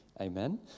Amen